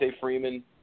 Freeman